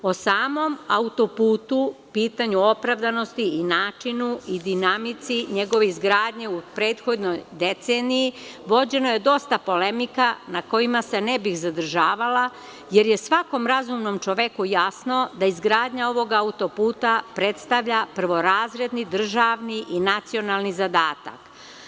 O samom autoputu, pitanju opravdanosti i načinu i dinamici njegove izgradnje u prethodnoj deceniji, vođeno je dosta polemika na kojima se ne bih zadržavala, jer je svakom razumnom čoveku jasno da izgradnja ovog autoputa predstavlja prvorazredni, državni i nacionalni zadatak.